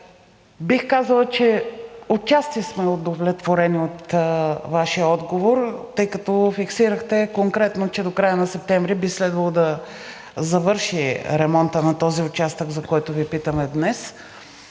бих казала, че отчасти сме удовлетворени от Вашия отговор, тъй като фиксирахте конкретно, че до края на септември би следвало да завърши ремонтът на този участък, за който Ви питаме днес.